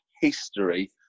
history